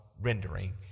rendering